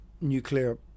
nuclear